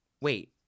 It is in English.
Wait